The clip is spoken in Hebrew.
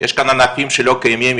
שלא קיימים,